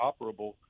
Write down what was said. operable